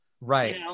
Right